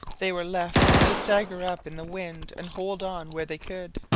they were left to stagger up in the wind and hold on where they could.